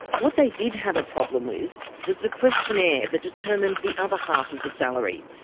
what they did have a problem with was the questionnaire that determined the other half of the salary.